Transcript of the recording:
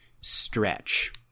stretch